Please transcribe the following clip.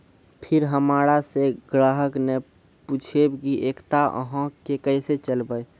फिर हमारा से ग्राहक ने पुछेब की एकता अहाँ के केसे चलबै?